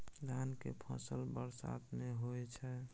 धान के फसल बरसात में होय छै?